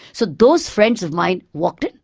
so those friends of mine worked it,